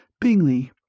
Bingley